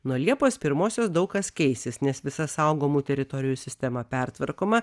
nuo liepos pirmosios daug kas keisis nes visa saugomų teritorijų sistema pertvarkoma